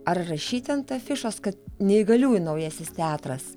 ar rašyti ant afišos kad neįgaliųjų naujasis teatras